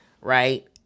Right